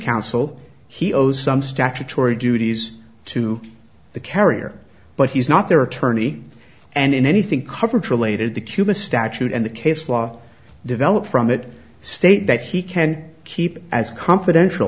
counsel he owes some statutory duties to the carrier but he's not their attorney and in anything coverage related to cuba statute and the case law developed from it state that he can keep as confidential